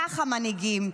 ככה מנהיגים.